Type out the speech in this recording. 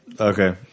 Okay